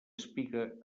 espiga